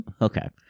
Okay